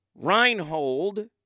Reinhold